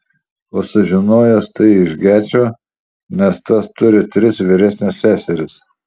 o sužinojęs tai iš gečo nes tas turi tris vyresnes seseris